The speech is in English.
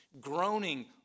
groaning